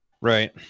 Right